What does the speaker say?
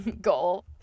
goal